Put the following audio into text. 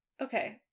okay